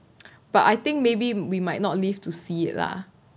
but I think maybe we might not live to see it lah